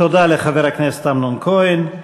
תודה לחבר הכנסת אמנון כהן.